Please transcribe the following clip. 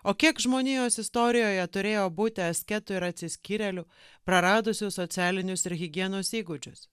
o kiek žmonijos istorijoje turėjo būti asketų ir atsiskyrėlių praradusių socialinius ir higienos įgūdžius